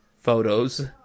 photos